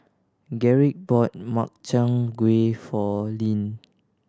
Garrick bought Makchang Gui for Leann